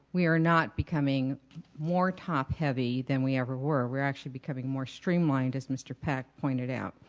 we are not becoming more top heavy than we ever were. we're actually becoming more streamlined as mr. pack pointed out.